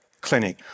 clinic